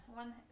one